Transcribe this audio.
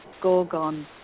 Gorgon